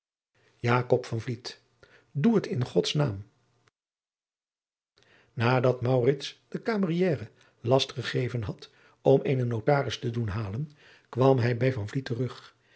doe het in gods naam nadat maurits de camieriere last gegeven had om eenen notaris te doen halen kwam hij bij van vliet terug